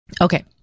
Okay